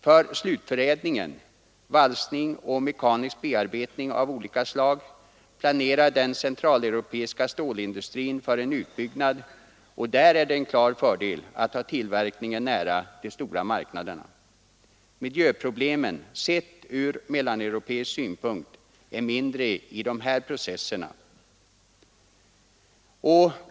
För slutförädlingen — valsning och annan mekanisk bearbetning — planerar den centraleuropeiska stålindustrin en utbyggnad, och i det avseendet är det en klar fördel att ha tillverkningen nära de stora marknaderna. Miljöproblemen, sedda från mellaneuropeisk synpunkt, är mindre i de processerna.